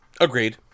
Agreed